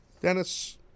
Dennis